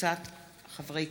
קארין